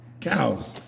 Cows